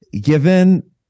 Given